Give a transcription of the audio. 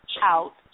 out